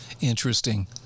Interesting